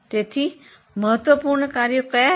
તેથી મહત્વપૂર્ણ કાર્યો કયા છે